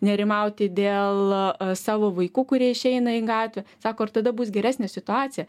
nerimauti dėl savo vaikų kurie išeina į gatvę sako ir tada bus geresnė situacija